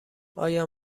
آیا